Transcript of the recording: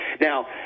now